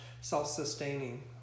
self-sustaining